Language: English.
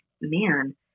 man